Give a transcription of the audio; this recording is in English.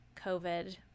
COVID